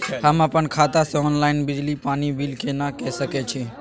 हम अपन खाता से ऑनलाइन बिजली पानी बिल केना के सकै छी?